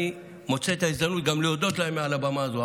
אני מוצא את ההזדמנות להודות להם מעל במה זו.